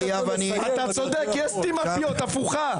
אתה צודק, יש סתימת פיות הפוכה.